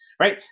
right